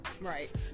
right